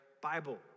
Bible